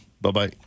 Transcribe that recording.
Bye-bye